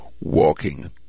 walking